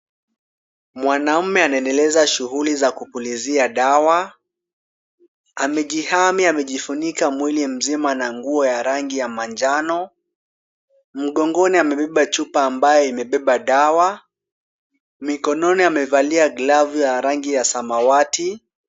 Mwanaume anaendeleza shughuli za kupulizia dawa, amejihami. Amejifunika mwili mzima na nguo rangi ya manjano, mgongoni amebeba chupa ambayo imebeba dawa, mikononi amevalia glavu ya rangi ya samawati.